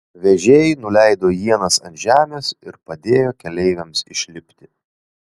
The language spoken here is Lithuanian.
vežėjai nuleido ienas ant žemės ir padėjo keleiviams išlipti